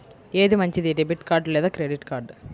ఏది మంచిది, debit card లేదా క్రెడిట్ కార్డ్?